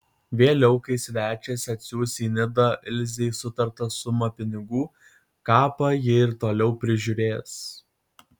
vėliau kai svečias atsiųs į nidą ilzei sutartą sumą pinigų kapą ji ir toliau prižiūrės